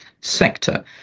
sector